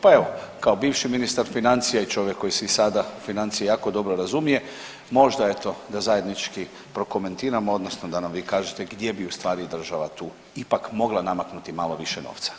Pa evo, kao bivši ministar financija i čovjek koji se i sada u financije jako dobro razumije možda eto da zajednički prokomentiramo, odnosno da nam vi kažete gdje bi u stvari država tu ipak mogla namaknuti malo više novca.